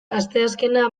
asteazkena